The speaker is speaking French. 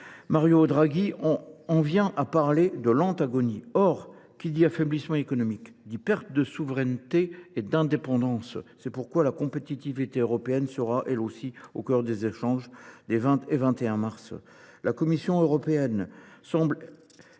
Mario Draghi en vient à parler de « lente agonie ». Or qui dit affaiblissement économique dit perte de souveraineté et d’indépendance. C’est pourquoi la compétitivité européenne sera, elle aussi, au cœur des échanges des 20 et 21 mars. La Commission européenne semble